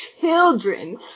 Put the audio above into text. children